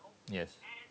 yes